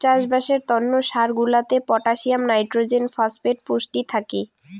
চাষবাসের তন্ন সার গুলাতে পটাসিয়াম, নাইট্রোজেন, ফসফেট পুষ্টি থাকি